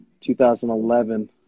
2011